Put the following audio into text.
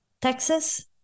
Texas